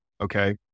Okay